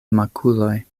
makuloj